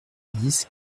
dix